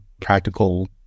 practical